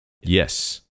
Yes